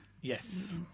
Yes